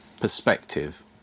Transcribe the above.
perspective